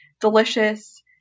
delicious